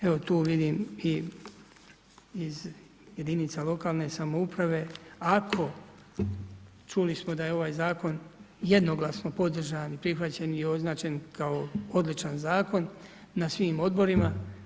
Evo tu vidim i iz jedinica lokalne samouprave ako, čuli smo da je ovaj zakon jednoglasno podržan, prihvaćen i označen kao odličan zakon na svim odborima.